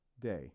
day